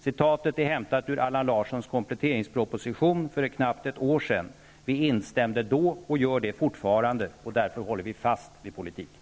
Citatet är hämtat ur Allan Larssons kompletteringsproposition för knappt ett år sedan. Vi instämde då och gör det fortfarande. Därför håller vi fast vid politiken.